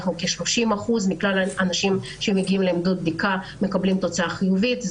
כ-30% מכלל האנשים שמגיעים לעמדות הבדיקה מקבלים תוצאה חיובית.